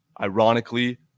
ironically